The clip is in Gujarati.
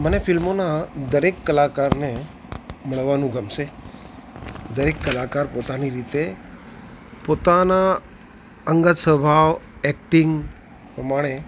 મને ફિલ્મોના દરેક કલાકારને મળવાનું ગમશે દરેક કલાકાર પોતાની રીતે પોતાના અંગત સ્વભાવ એક્ટિંગ પ્રમાણે